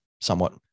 somewhat